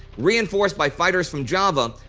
reinforced by fighters from java,